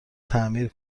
تعمیر